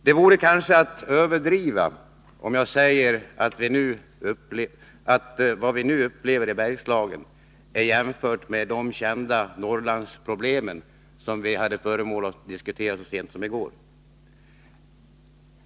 Det vore kanske att överdriva, om jag säger att vad vi nu upplever i Bergslagen är jämförbart med de kända Norrlandsproblemen, som vi hade tillfälle att diskutera så sent som i går.